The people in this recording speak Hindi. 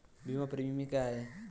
बीमा प्रीमियम क्या है?